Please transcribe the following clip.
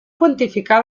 quantificar